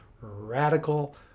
radical